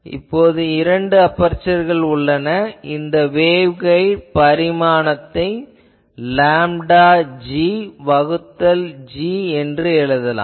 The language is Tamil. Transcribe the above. இப்போது இரண்டு அபெர்சர்கள் உள்ளன இந்த வேவ்கைட் பரிமாணத்தை லேம்டா g வகுத்தல் 2 என்று எழுதலாம்